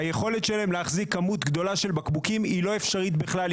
היכולת שלהן להחזיק כמויות גדולות של בקבוקים היא לא אפשרית בכלל.